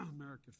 America